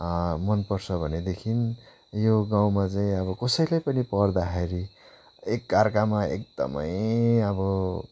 मनपर्छ भनेदेखि यो गाउँमा चाहिँ अब कसैलाई पनि पर्दाखेरि एकाअर्कामा एकदमै अब